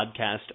podcast